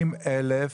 מהר.